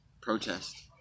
protest